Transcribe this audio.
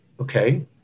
okay